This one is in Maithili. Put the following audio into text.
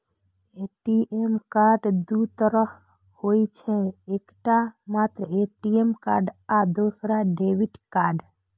ए.टी.एम कार्ड दू तरहक होइ छै, एकटा मात्र ए.टी.एम कार्ड आ दोसर डेबिट कार्ड